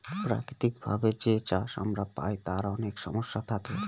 প্রাকৃতিক ভাবে যে চাষ আমরা পায় তার অনেক সমস্যা থাকে